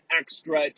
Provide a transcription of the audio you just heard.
extra